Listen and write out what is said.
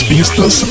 Pistas